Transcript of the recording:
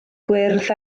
gwyrdd